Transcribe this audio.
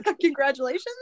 Congratulations